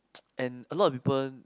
and a lot of people